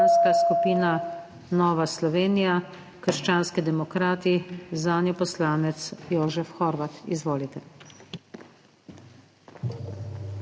Poslanska skupina Nova Slovenija – krščanski demokrati, zanjo poslanec Jožef Horvat. Izvolite.